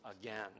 again